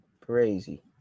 Crazy